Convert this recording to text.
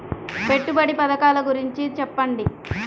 పెట్టుబడి పథకాల గురించి చెప్పండి?